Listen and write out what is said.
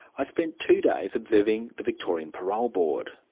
i spent two days observing the victorian parole board.